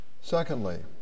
Secondly